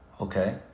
Okay